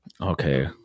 okay